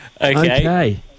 Okay